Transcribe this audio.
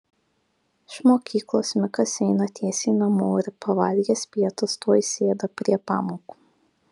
iš mokyklos mikas eina tiesiai namo ir pavalgęs pietus tuoj sėda prie pamokų